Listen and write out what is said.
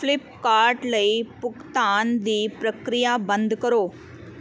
Flipkart ਲਈ ਭੁਗਤਾਨ ਦੀ ਪ੍ਰਕਿਰਿਆ ਬੰਦ ਕਰੋ